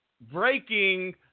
Breaking